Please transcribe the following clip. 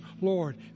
Lord